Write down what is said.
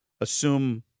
assume